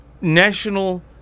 national